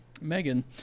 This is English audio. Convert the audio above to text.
Megan